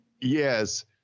Yes